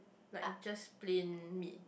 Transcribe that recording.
like just plain meat